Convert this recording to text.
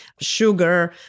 sugar